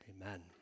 amen